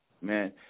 man